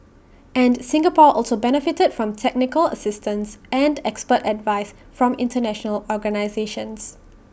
and Singapore also benefited from technical assistance and expert advice from International organisations